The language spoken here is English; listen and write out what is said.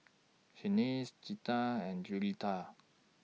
Shanice Zetta and Juliette